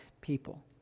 people